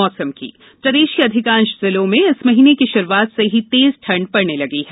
मौसम प्रदेश के अधिकांश जिलों में इस माह की शुरूआत से ही तेज ठंड पड़ने लगी है